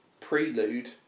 prelude